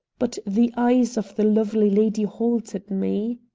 but the eyes of the lovely lady halted me.